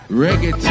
reggae